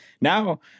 Now